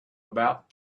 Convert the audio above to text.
about